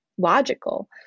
logical